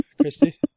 Christy